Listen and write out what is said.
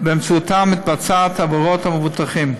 שבאמצעותם מתבצעות העברות המבוטחים.